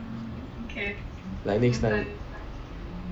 like next time